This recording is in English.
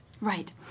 Right